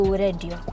radio